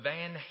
Van